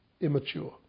immature